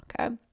Okay